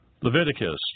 Leviticus